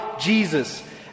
Jesus